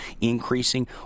increasing